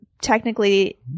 technically